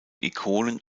ikonen